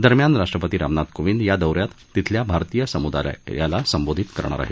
दरम्यान राष्ट्रपती रामनाथ कोविंद या दौ यात तिथल्या भारतीय समुदायालाही संबोधित करणार आहेत